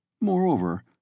Moreover